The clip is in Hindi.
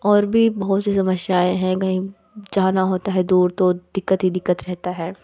और भी बहुत से समस्याएं हैं कहीं जाना होता है दूर तो दिक्कत ही दिक्कत रहती है